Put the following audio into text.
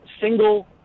single